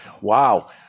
wow